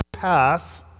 path